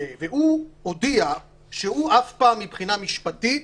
והוא הודיע שהוא אף פעם מבחינה משפטית